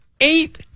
Eight